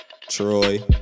Troy